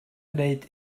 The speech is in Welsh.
gweld